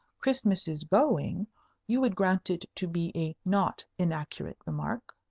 christmas is going you would grant it to be a not inaccurate remark?